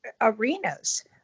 arenas